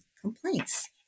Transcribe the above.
complaints